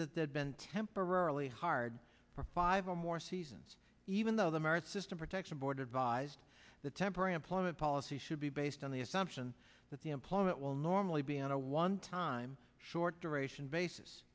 that they had been temporarily hard for five or more seasons even though the merit system protection board advised the temporary employment policy should be based on the assumption that the employment will normally be on a onetime short duration basis